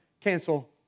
cancel